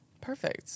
Perfect